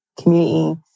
community